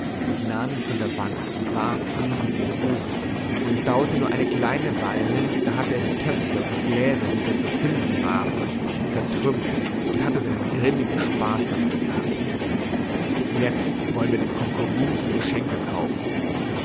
und nahm ihn von der wand und warf ihn gegen den ofen und es dauerte nur eine kleine weile da hatte er die töpfe und gläser die da zu finden waren zertrümmert und hatte seinen grimmigen spaß dabei gehabt jetzt wollen wir dem konkubinchen geschenke kaufen